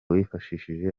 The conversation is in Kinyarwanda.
wifashishije